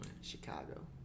Chicago